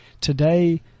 Today